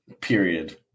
period